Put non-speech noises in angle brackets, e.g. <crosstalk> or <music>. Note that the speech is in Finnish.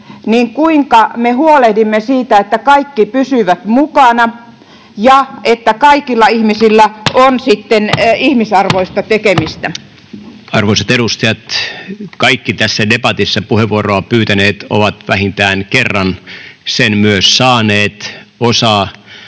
ole, me huolehdimme siitä, että kaikki pysyvät mukana ja että kaikilla ihmisillä on sitten <noise> ihmisarvoista tekemistä. Arvoisat edustajat, kaikki tässä debatissa puheenvuoroa pyytäneet ovat vähintään kerran sen myös saaneet, osa